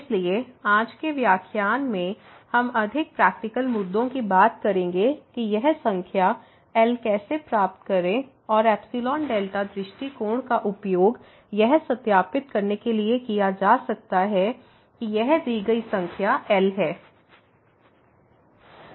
इसलिए आज के व्याख्यान में हम अधिक प्रैक्टिकल मुद्दों की बात करेंगे कि यह संख्या L कैसे प्राप्त करें और एप्सिलॉन डेल्टा दृष्टिकोण का उपयोग यह सत्यापित करने के लिए किया जा सकता है कि यह दी गई संख्या L है